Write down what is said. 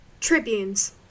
Tribunes